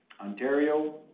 Ontario